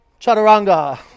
Chaturanga